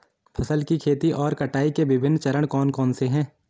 फसल की खेती और कटाई के विभिन्न चरण कौन कौनसे हैं?